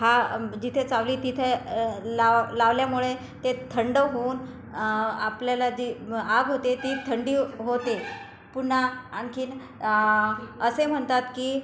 हा जिथे चावली तिथे लाव लावल्यामुळे ते थंड होऊन आपल्याला जी आग होते ती थंडी हो होते पुन्हा आणखीन आ असे म्हणतात की